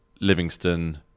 Livingston